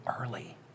early